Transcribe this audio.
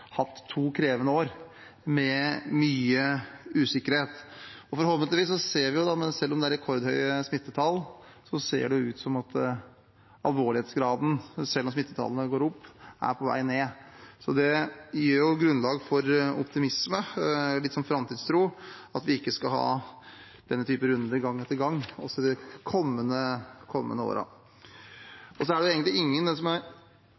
hatt to krevende år, med mye usikkerhet. Og selv om det er rekordhøye smittetall, ser det ut som at alvorlighetsgraden er på vei ned, forhåpentligvis. Det gir grunnlag for optimisme, framtidstro og tro på at vi ikke skal ha denne typen runder gang etter gang også i de kommende årene. Det som er litt rart med den politiske debatten rundt kompensasjonsordningen, er at det er jo egentlig ingen bedrifter som vil ha kompensasjonsordning. Det er